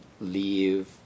leave